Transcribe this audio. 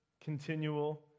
continual